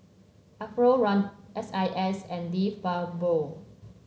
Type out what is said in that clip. Alfio Raldo S I S and De Fabio